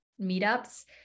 meetups